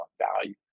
value